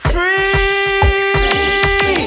Free